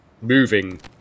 moving